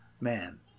Man